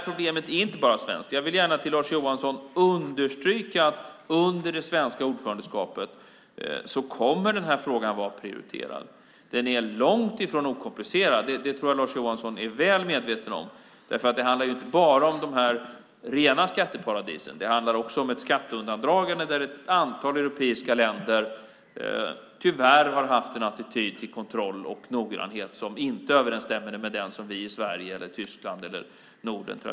Problemet är inte bara svenskt. Jag vill gärna för Lars Johansson understryka att den här frågan kommer att vara prioriterad under det svenska ordförandeskapet. Den är långt ifrån okomplicerad. Det tror jag att Lars Johansson är väl medveten om. Det handlar ju inte bara om de rena skatteparadisen. Det handlar också om ett skatteundandragande där ett antal europeiska länder tyvärr har haft en attityd till kontroll och noggrannhet som inte överensstämmer med den som vi traditionellt har i Sverige, Tyskland eller Norden.